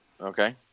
Okay